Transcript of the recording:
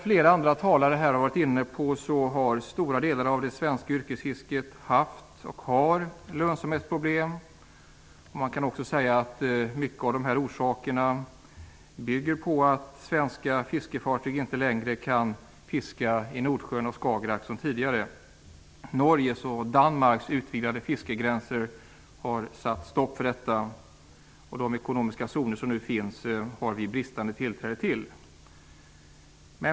Flera andra talare har varit inne på att stora delar av det svenska yrkesfisket har haft och har lönsamhetsproblem. De orsakas till stor del av att svenska fiskefartyg inte längre kan fiska i Nordsjön och Skagerrak som tidigare. Norges och Danmarks utvidgade fiskegränser har satt stopp för detta. De ekonomiska zoner som nu finns har vi bristande tillträde till.